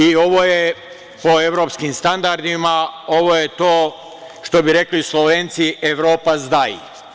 I ovo je po evropskim standardima, ovo je to, što bi rekli Slovenci – Evropas dai.